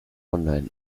online